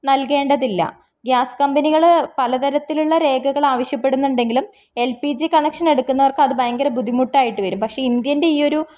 നൽകേണ്ടതില്ല ഗ്യാസ് കമ്പനികള് പലതരത്തിലുള്ള രേഖകള് ആവശ്യപ്പെടുന്നുണ്ടെങ്കിലും എൽ പി ജി കണക്ഷൻ എടുക്കുന്നവർക്ക് അത് ഭയങ്കരം ബുദ്ധിമുട്ടായിട്ട് വരും പക്ഷേ ഇന്ത്യൻ്റെ ഈയൊരു